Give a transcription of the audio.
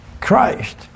Christ